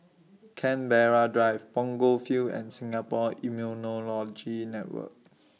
Canberra Drive Punggol Field and Singapore Immunology Network